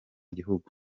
gihugu